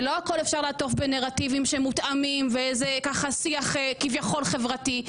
ולא הכול אפשר לעטוף בנרטיבים שמותאמים ועם שיח כביכול חברתי.